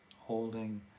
Holding